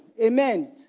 Amen